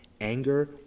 anger